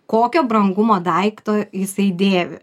kokio brangumo daikto jisai dėvi